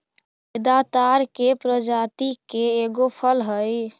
फेदा ताड़ के प्रजाति के एगो फल हई